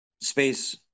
space